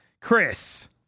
Chris